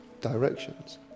directions